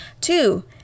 Two